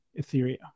Ethereum